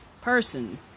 person